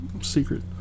Secret